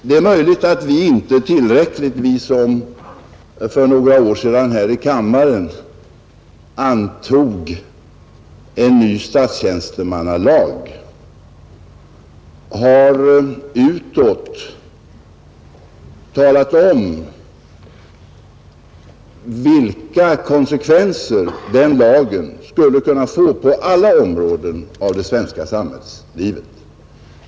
Det är möjligt att vi, när vi för några år sedan i riksdagen antog en ny statstjänstemannalag, inte tillräckligt utåt talade om vilka konsekvenser den lagen skulle kunna få på alla områden av det svenska samhällslivet.